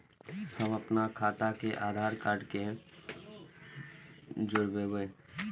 हम अपन खाता के आधार कार्ड के जोरैब?